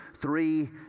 three